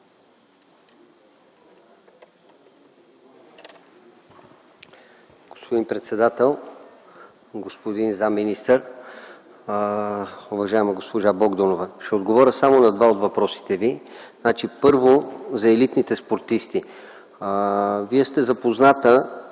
Господин председател, господин заместник-министър! Уважаема госпожо Богданова, ще отговоря само на два от въпросите Ви. Първо, за елитните спортисти. Вие сте запозната,